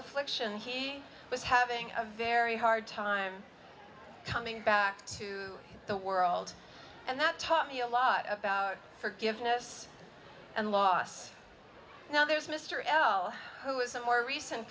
affliction he was having a very hard time coming back to the world and that taught me a lot about forgiveness and loss now there's mr l who is a more recent